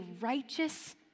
righteous